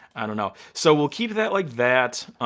i don't know. so we'll keep that like that.